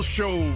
Show